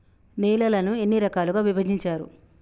నేలలను ఎన్ని రకాలుగా విభజించారు?